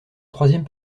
troisième